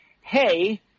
hey